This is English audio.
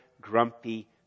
grumpy